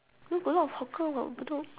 no got a lot of hawker [what] bedok